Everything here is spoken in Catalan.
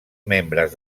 membres